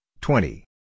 twenty